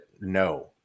no